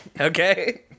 Okay